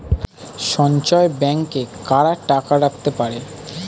সঞ্চয় ব্যাংকে কারা টাকা রাখতে পারে?